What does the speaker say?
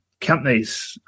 companies